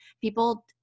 People